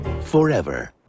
forever